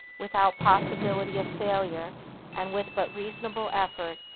without possibility of failure and with but reasonable effort,